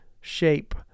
shape